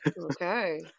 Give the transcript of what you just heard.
okay